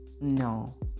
no